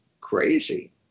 crazy